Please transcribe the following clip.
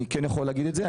אני כן יכול להגיד את זה.